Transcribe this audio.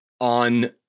on